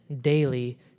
daily